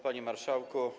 Panie Marszałku!